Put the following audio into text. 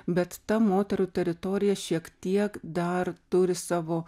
bet ta moterų teritorija šiek tiek dar turi savo